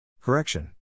Correction